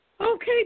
Okay